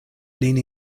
lin